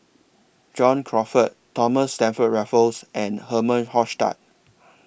John Crawfurd Thomas Stamford Raffles and Herman Hochstadt